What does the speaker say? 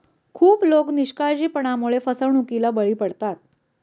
खूप लोक निष्काळजीपणामुळे फसवणुकीला बळी पडतात